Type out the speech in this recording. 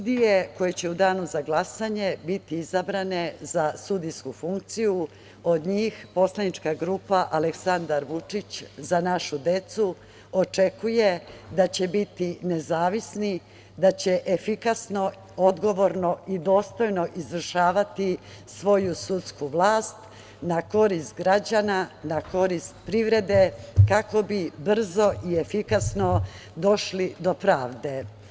Od sudija koje će u danu za glasanje biti izabrane za sudijsku funkciju poslanička grupa Aleksandar Vučić – Za našu decu očekuje da će biti nezavisni, da će efikasno, odgovorno i dostojno izvršavati svoju sudsku vlast na korist građana, na korist privrede, kako bi brzo i efikasno došli do pravde.